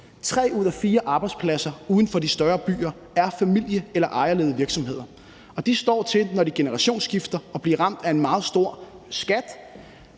ud af fire arbejdspladser uden for de større byer er familie- eller ejerledede virksomheder, og de står, når de generationsskifter, til at blive ramt af en meget stor skat.